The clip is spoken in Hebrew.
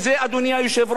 אדוני היושב-ראש,